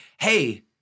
Hey